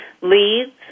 Leads